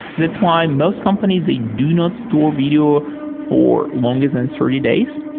that's why most companies, they do not store video for longer than thirty days.